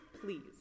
please